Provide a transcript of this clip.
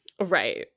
right